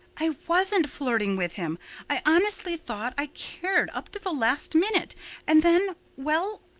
i wasn't flirting with him i honestly thought i cared up to the last minute and then well,